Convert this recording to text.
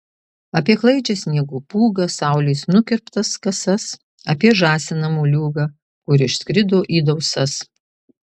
apie klaidžią sniego pūgą saulės nukirptas kasas apie žąsiną moliūgą kur išskrido į dausas